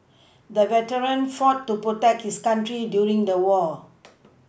the veteran fought to protect his country during the war